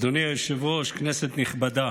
אדוני היושב-ראש, כנסת נכבדה,